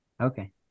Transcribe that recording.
okay